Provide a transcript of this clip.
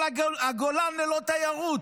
כל הגולן ללא תיירות,